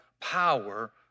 power